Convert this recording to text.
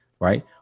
right